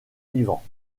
vivants